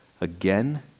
again